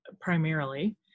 primarily